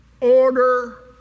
order